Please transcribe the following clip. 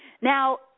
Now